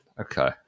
Okay